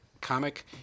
comic